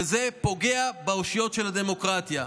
וזה פוגע באושיות של הדמוקרטיה.